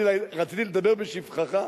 רציתי לדבר בשבחך.